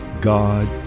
God